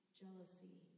jealousy